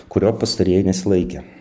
kurio pastarieji nesilaikė